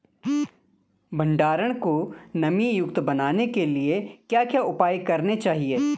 भंडारण को नमी युक्त बनाने के लिए क्या क्या उपाय करने चाहिए?